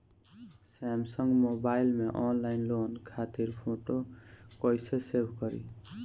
Samsung mobile में online loan खातिर photo कैसे सेभ करीं?